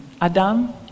Adam